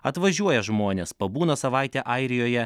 atvažiuoja žmonės pabūna savaitę airijoje